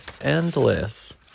endless